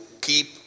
keep